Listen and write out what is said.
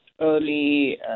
early